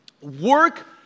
work